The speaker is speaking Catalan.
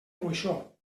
moixó